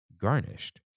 Garnished